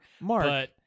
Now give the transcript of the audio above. Mark